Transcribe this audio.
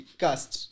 cast